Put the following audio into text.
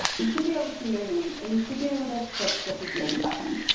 you should be able to see your name and you should be able to click the begin button.